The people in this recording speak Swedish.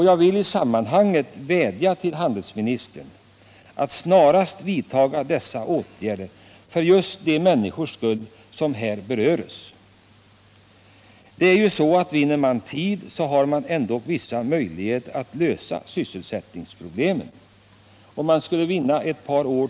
Jag vill i sammanhanget vädja till handelsministern att snarast vidta dessa åtgärder för just de människors skull som här berörs. Vinner man tid, har man ändock vissa möjligheter att lösa sysselsättningsproblemen.